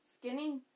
skinny